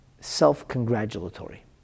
self-congratulatory